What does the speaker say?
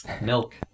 Milk